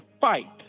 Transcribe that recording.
fight